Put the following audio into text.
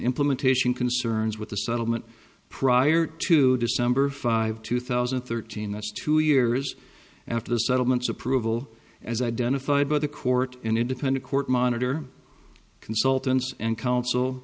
implementation concerns with the settlement prior to december five two thousand and thirteen that's two years after the settlements approval as identified by the court an independent court monitor consultants and counsel